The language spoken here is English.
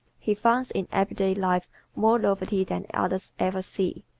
he finds in everyday life more novelty than others ever see.